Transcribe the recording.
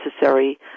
necessary